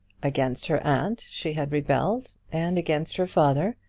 against her aunt she had rebelled, and against her father,